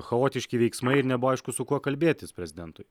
chaotiški veiksmai ir nebuvo aišku su kuo kalbėtis prezidentui